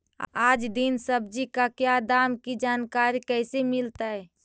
आज दीन सब्जी का क्या दाम की जानकारी कैसे मीलतय?